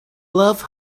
love